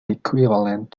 equivalent